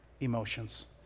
emotions